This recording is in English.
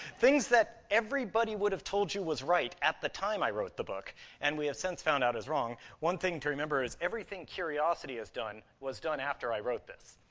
things that everybody would have told you was right at the time i wrote the book and we have since found out is wrong. one thing to remember is everything curiosity has done was done after i wrote this.